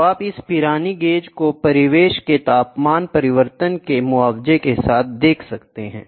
तो आप इस पिरानी गेज को परिवेश के तापमान परिवर्तन के मुआवजे के साथ देखते हैं